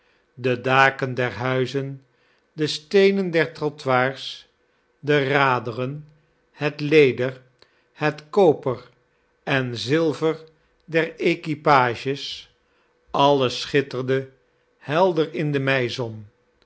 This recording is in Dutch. de daken der huizen de steenen der trottoirs de raderen het leder het koper en zilver der equipages alles schitterde helder in de meizon